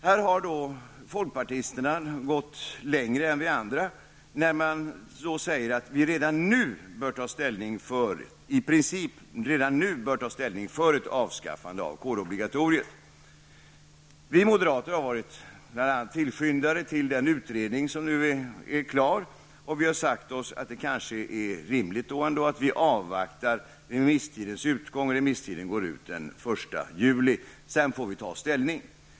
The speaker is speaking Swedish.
Här har då folkpartisterna gått längre än vi andra, när de säger att vi i princip redan nu bör ta ställning för avskaffande av kårobligatoriet. Vi moderater har bl.a. varit påskyndare till den utredning som nu är klar, och vi har sagt oss att det kanske är rimligt att avvakta remisstidens utgång. Remisstiden går ut den 1 juli, och sedan får vi ta ställning.